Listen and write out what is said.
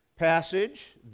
passage